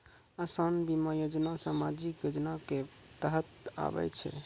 असान बीमा योजना समाजिक योजना के तहत आवै छै